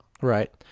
right